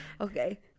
okay